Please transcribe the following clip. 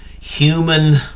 human